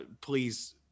please